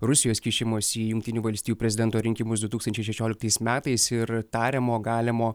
rusijos kišimosi į jungtinių valstijų prezidento rinkimus du tūkstančiai šešioliktais metais ir tariamo galimo